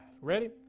Ready